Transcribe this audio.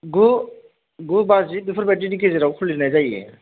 गु गु बाजि बेफोरबादिनि गेजेराव खुलिनाय जायो